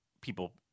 people